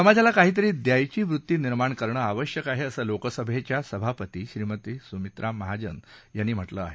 समाजाला काहीतरी देण्याची वृत्ती निर्माण करणं आवश्यक आहे असं लोकसभेच्या सभापती श्रीमती सुमित्राताई महाजन यांनी म्हटलं आहे